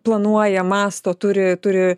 planuoja mąsto turi turi